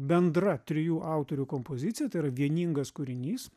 bendra trijų autorių kompozicija tai yra vieningas kūrinys